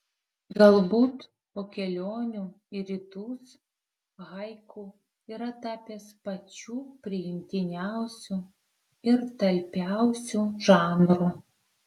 galbūt po kelionių į rytus haiku yra tapęs pačiu priimtiniausiu ir talpiausiu žanru